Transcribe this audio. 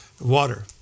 water